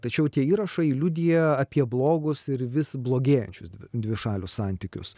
tačiau tie įrašai liudija apie blogus ir vis blogėjančius dvišalius santykius